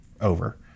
over